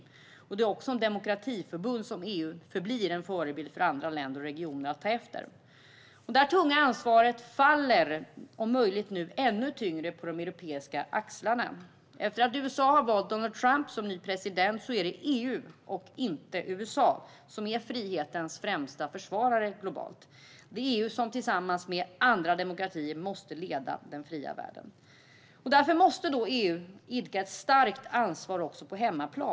Det är också därför som ett demokratiförbund som EU förblir en förebild för andra länder och regioner att ta efter. Detta tunga ansvar faller nu om möjligt ännu tyngre på de europeiska axlarna. Efter att USA har valt Donald Trump som ny president är det EU och inte USA som är frihetens främsta försvarare globalt. Det är EU som tillsammans med andra demokratier måste leda den fria världen. Därför måste EU axla ett starkt ansvar också på hemmaplan.